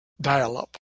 dial-up